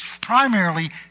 primarily